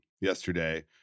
yesterday